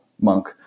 monk